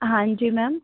हाँ जी मैम